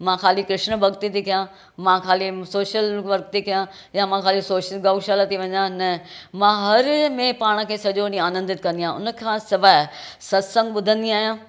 मां ख़ाली कृष्ण भक्ती थी कयां मां ख़ाली सोशल वर्क थी कयां या मां ख़ाली सोशल गउशाला थी वञां न मां हर में पाण खे सॼो ॾींहुं आनंदित कंदी आहियां उन खा सवाइ सत्संग ॿुधंदी आहियां